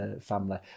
family